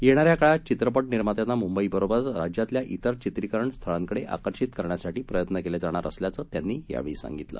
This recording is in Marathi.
येणाऱ्या काळात चित्रपट निर्मात्यांना मुंबईबरोबरच राज्यातल्या इतर चित्रीकरण स्थळांकडे आकर्षित करण्यासाठी प्रयत्न केले जाणार असल्याचं त्यांनी सांगितलं